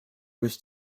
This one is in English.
was